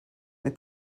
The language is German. eine